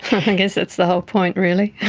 i guess that's the whole point really.